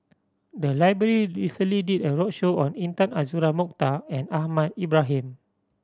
the library recently did a roadshow on Intan Azura Mokhtar and Ahmad Ibrahim